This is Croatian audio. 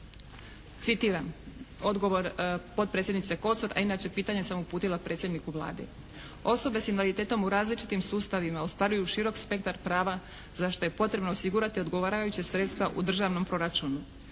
Citiram odgovor potpredsjednice Kosor, a inače pitanje sam uputila predsjedniku Vlade osobe s invaliditetom u različitim sustavima ostvaruju širok spektar prava za što je potrebno osigurati odgovarajuća sredstva u državnom proračunu.